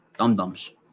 dum-dums